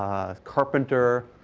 a carpenter.